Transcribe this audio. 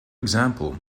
example